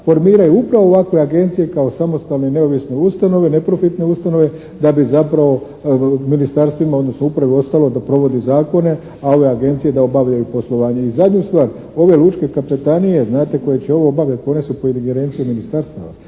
formiraju upravo ovakve agencije kao samostalne i neovisne ustanove, neprofitne ustanove da bi zapravo ministarstvima odnosno upravi ostalo da provodi zakone, a ove agencije da obavljaju poslovanje. I zadnju stvar, ove lučke kapetanije znate koje će ovo obavljati one su pod ingerencijom ministarstava.